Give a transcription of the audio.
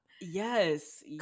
yes